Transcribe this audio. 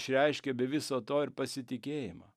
išreiškia be viso to ir pasitikėjimo